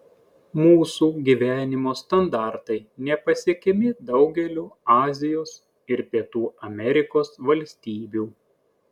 mūsų gyvenimo standartai nepasiekiami daugeliui azijos ir pietų amerikos valstybių